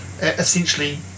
essentially